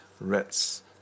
rats